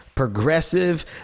progressive